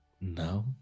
now